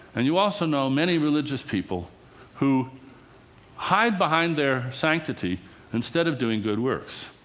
and you also know many religious people who hide behind their sanctity instead of doing good works.